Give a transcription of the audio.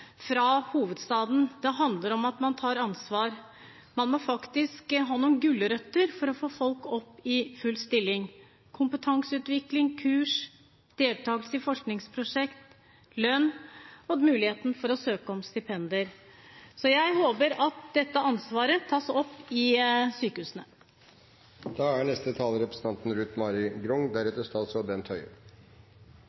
fra hovedstaden, det handler om at man tar ansvar. Man må faktisk ha noen gulrøtter for å få folk opp i full stilling: kompetanseutvikling, kurs, deltakelse i forskningsprosjekt, lønn og muligheten for å søke om stipender. Jeg håper at dette ansvaret tas opp i sykehusene. Det er